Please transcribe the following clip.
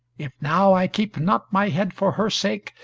if now i keep not my head for her sake,